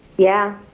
yeah.